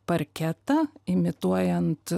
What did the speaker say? parketą imituojant